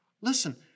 Listen